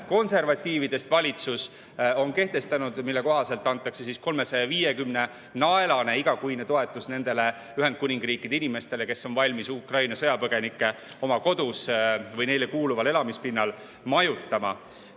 konservatiividest valitsus on kehtestanud ja mille kohaselt antakse 350‑naelane igakuine toetus nendele Ühendkuningriigi inimestele, kes on valmis Ukraina sõjapõgenikke oma kodus või neile kuuluval elamispinnal majutama.